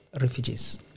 refugees